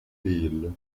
bill